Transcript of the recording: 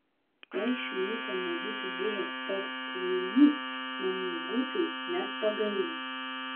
jei šmėkla nebūtų buvęs toks kvailys man jo būtų net pagailę